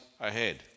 ahead